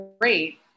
Great